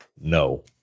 no